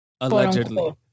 allegedly